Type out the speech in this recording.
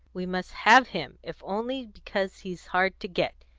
we must have him if only because he's hard to get.